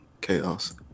chaos